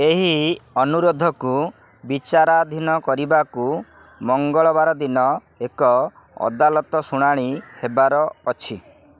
ଏହି ଅନୁରୋଧକୁ ବିଚାରାଧୀନ କରିବାକୁ ମଙ୍ଗଳବାର ଦିନ ଏକ ଅଦାଲତ ଶୁଣାଣି ହେବାର ଅଛି